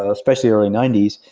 ah especially early ninety s,